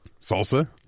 Salsa